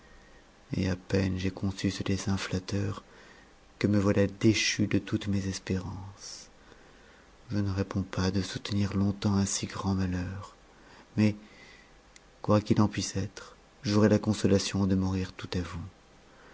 et à peine j'ai conçu ce dessein natteur que me voilà déchu de toutes mes espérances je ne réponds pas de soutenir longtemps un si grand ma heur mais quoi qu'il en puisse être j'aurai la consolation de mourir tout à vous